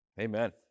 Amen